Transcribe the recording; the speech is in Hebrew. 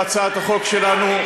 בהצעת החוק שלנו,